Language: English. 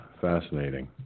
fascinating